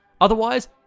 Otherwise